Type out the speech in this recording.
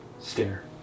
stare